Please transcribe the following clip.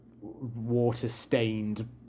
water-stained